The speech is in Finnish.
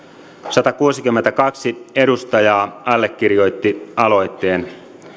satakuusikymmentäkaksi edustajaa allekirjoitti aloitteen